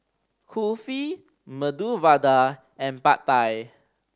Kulfi Medu Vada and Pad Thai